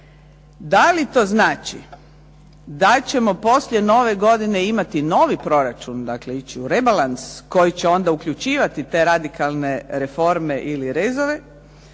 Da li to znači da ćemo poslije nove godine imati novi proračun, dakle ići u rebalans koji će onda uključivati te radikalne reforme ili rezove.